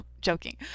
joking